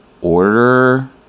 order